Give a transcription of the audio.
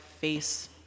face